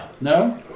No